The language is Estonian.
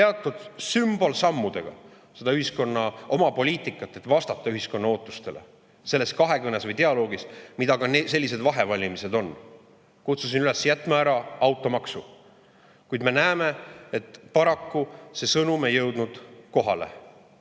teatud sümbolsammudega oma poliitikat, et vastata ühiskonna ootustele selles kahekõnes või dialoogis, mida ka sellised [valitsusvahetused] on. Kutsusin üles jätma ära automaksu. Kuid me näeme, et paraku see sõnum ei jõudnud kohale.